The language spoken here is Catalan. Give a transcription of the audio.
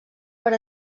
per